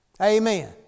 Amen